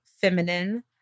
feminine